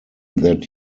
that